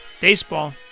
Baseball